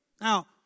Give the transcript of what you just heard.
Now